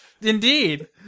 Indeed